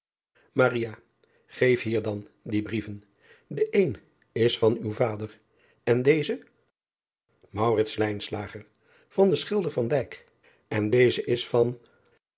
eef hier dan die brieven e een is van uw vader en deze an den schilder en deze is van